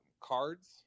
cards